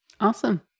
awesome